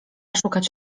szukać